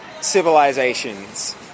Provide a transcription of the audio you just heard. civilizations